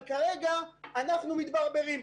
אבל כרגע אנחנו מתברברים.